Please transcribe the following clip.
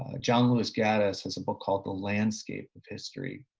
ah john lewis gaddis has a book called the landscape of history,